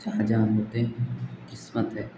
जहाँ जहाँ होते हैं किस्मत है